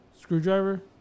screwdriver